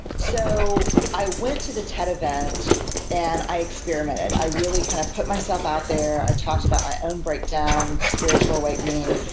so i went to the ted event and i experimented. i really kind of put myself out there. ah about my own breakdown, spiritual awakening.